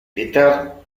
peter